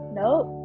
nope